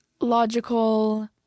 logical